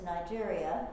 Nigeria